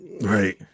Right